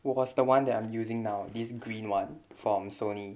was the one that I'm using now this green one from sony